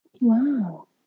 Wow